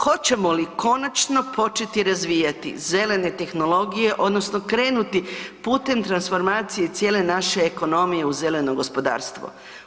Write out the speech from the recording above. Hoćemo li konačno početi razvijati zelene tehnologije, odnosno krenuti putem transformacije cijele naše ekonomije u zeleno gospodarstvo.